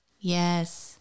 Yes